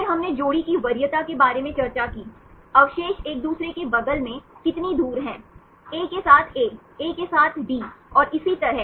फिर हमने जोड़ी की वरीयता के बारे में चर्चा की अवशेष एक दूसरे के बगल में कितनी दूर हैंए के साथ ए ए के साथ डी और इसी तरह A with A A with D and so on